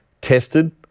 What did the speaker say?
tested